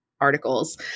articles